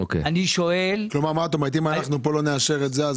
את אומרת שאם אנחנו לא נאשר את זה כאן,